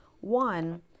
One